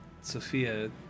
Sophia